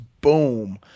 boom